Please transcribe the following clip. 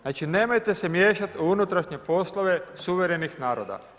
Znači, nemojte se miješat u unutrašnje poslove suverenih naroda.